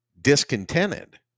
discontented